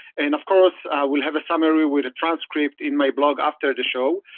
and of course, we'll have a summary with a transcript in my blog after the show.